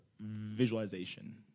visualization